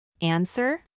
Answer